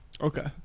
Okay